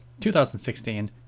2016